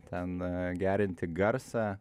ten gerinti garsą